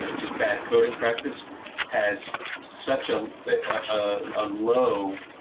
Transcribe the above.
and just bad coding practice has such a a low